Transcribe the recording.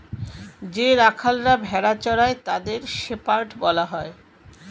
যে রাখালরা ভেড়া চড়ায় তাদের শেপার্ড বলা হয়